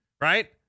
right